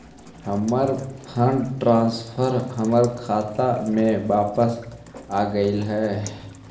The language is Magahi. हमर फंड ट्रांसफर हमर खाता में वापस आगईल हे